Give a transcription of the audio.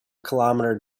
kilometre